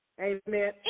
Amen